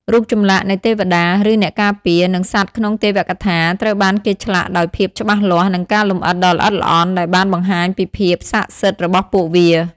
រូបចម្លាក់នៃទេវតា ឬអ្នកការពារ និងសត្វក្នុងទេវកថាត្រូវបានគេឆ្លាក់ដោយភាពច្បាស់លាស់ និងការលម្អិតដ៏ល្អិតល្អន់ដែលបានបង្ហាញពីភាពស័ក្តិសិទ្ធិរបស់ពួកវា។